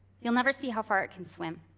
you'll never see how far it can swim.